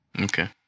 Okay